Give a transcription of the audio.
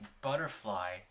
butterfly